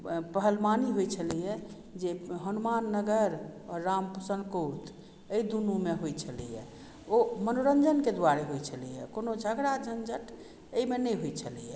पहलवानी होइ छलैए जे हनुमाननगर आओर रामपुर संकोर्थ अइ दुनुमे होइ छलैए ओ मनोरञ्जनके दुआरे होइ छलैए कोनो झगड़ा झँझट अइमे नहि होइ छलैए